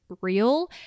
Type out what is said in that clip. real